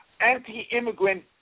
anti-immigrant